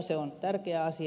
se on tärkeä asia